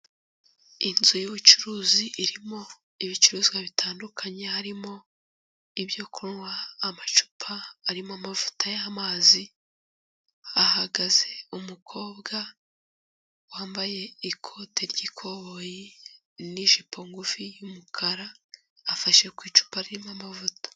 Inzu y'ubucuruzi irimo ibicuruzwa bitandukanye, harimo ibyo kunywa, amacupa arimo amavuta y'amazi, hahagaze umukobwa wambaye ikote ry'ikoboyi n'ijipo ngufi y'umukara, afashe ku icupa ririmo amavuta.